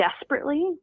desperately